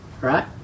right